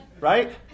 Right